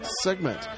segment